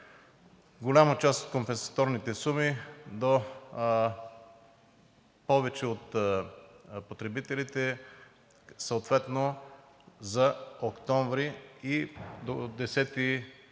голяма част от компенсаторните суми до повечето от потребителите съответно за октомври и до 10-и, тоест